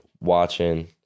watching